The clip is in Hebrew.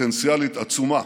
פוטנציאלית עצומה